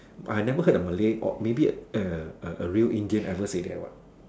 but I never heard a Malay or maybe a A real Indian saying ever that what